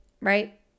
Right